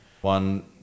One